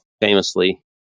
famously